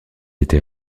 été